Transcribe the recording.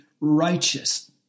righteous